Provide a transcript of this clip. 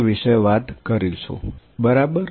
તે વિશે વાત કરીશું બરાબર